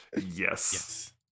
Yes